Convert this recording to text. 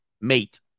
mate